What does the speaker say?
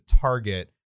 target